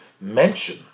mention